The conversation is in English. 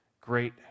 great